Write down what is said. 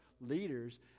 leaders